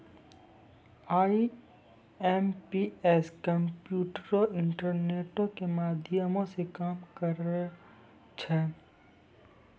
IMPS कम्प्यूटरो, इंटरनेटो के माध्यमो से काम करै छै